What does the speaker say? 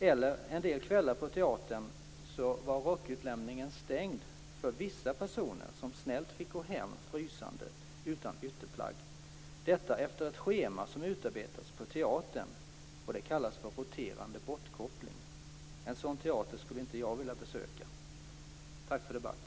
Eller att en del kvällar på teatern var rockutlämningen stängd för vissa personer som snällt fick gå hem, frysande, utan ytterplagg - detta efter ett schema som utarbetats på teatern. Det kallas för roterande bortkoppling. En sådan teater skulle jag inte vilja besöka. Tack för debatten.